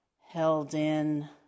held-in